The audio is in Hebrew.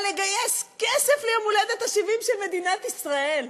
אבל לגייס כסף ליום הולדת ה-70 של מדינת ישראל?